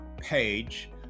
page